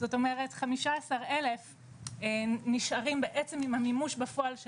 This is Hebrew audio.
זאת אומרת 15,000 נשארים בעצם עם המימוש בפועל של